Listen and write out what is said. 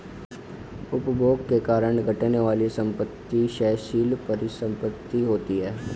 उपभोग के कारण घटने वाली संपत्ति क्षयशील परिसंपत्ति होती हैं